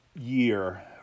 year